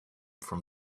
from